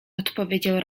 odpowiedział